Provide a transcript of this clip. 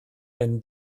wenn